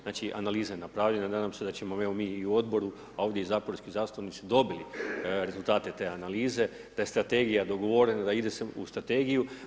Znači, analiza je napravljena, nadam se da ćemo, evo, mi i u Odboru, a ovdje i zakonski zastupnici dobili rezultate te analize, da je strategija dogovorena, da ide se u strategiju.